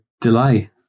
delay